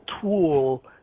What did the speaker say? tool